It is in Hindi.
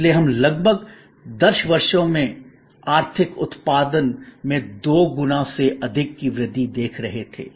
इसलिए हम लगभग 10 वर्षों में आर्थिक उत्पादन में दो गुने से अधिक की वृद्धि देख रहे थे